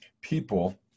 people